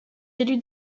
élu